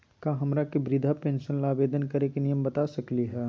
का हमरा के वृद्धा पेंसन ल आवेदन करे के नियम बता सकली हई?